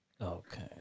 Okay